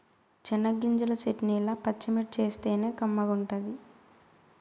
చెనగ్గింజల చెట్నీల పచ్చిమిర్చేస్తేనే కమ్మగుంటది